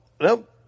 Nope